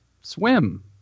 swim